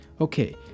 okay